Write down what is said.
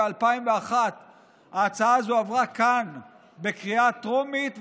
ב-2001 ההצעה הזאת עברה כאן בקריאה טרומית,